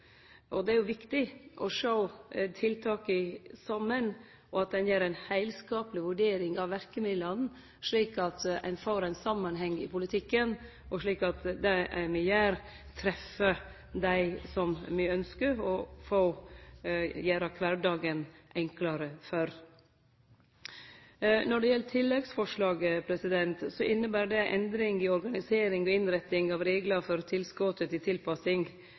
og vurdere kva som skal følgjast opp. Det er viktig å sjå tiltaka i saman, og at ein gjer ei heilskapleg vurdering av verkemidla slik at ein får ein samanheng i politikken, og slik at det me gjer, treffer dei som me ønskjer å gjere kvardagen enklare for. Når det gjeld tilleggsforslaget, inneber det endring i organisering og innretting av reglar for tilskottet til tilpassing.